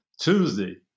Tuesday